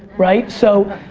right? so,